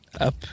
up